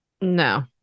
No